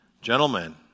Gentlemen